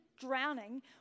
drowning